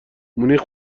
مونیخ